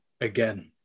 again